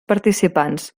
participants